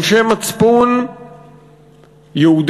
אנשי מצפון יהודים,